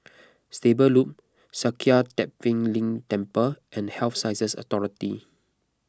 Stable Loop Sakya Tenphel Ling Temple and Health Sciences Authority